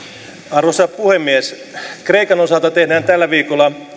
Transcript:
arvoisa puhemies kreikan osalta tehdään tällä viikolla